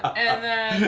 and,